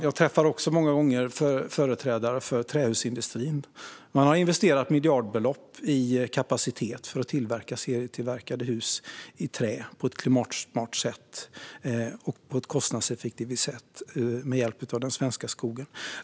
Jag träffar ofta företrädare för trähusindustrin, och de har investerat miljardbelopp för att öka kapaciteten att serietillverka hus i trä av svensk skog på ett klimatsmart och kostnadseffektivt sätt.